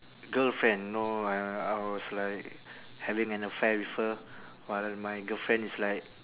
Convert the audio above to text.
girlfriend no I I was like having an affair with her while my girlfriend is like